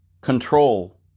control